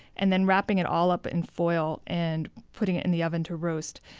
and then wrapping it all up in foil and putting it in the oven to roast.